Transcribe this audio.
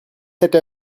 cette